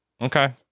Okay